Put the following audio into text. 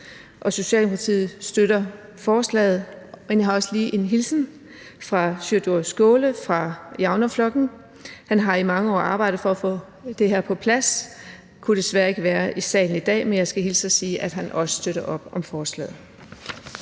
Socialdemokratiet støtter forslaget, men jeg har også lige en hilsen fra Sjúrður Skaale fra Javnaðarflokkurin. Han har i mange år arbejdet for at få det her på plads. Han kunne desværre ikke være i salen i dag, men jeg skal hilse og sige, at han også støtter op om forslaget.